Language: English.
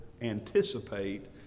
anticipate